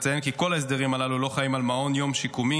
אציין כי כל ההסדרים הללו לא חלים על מעון יום שיקומי,